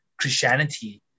Christianity